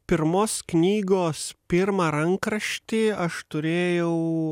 pirmos knygos pirmą rankraštį aš turėjau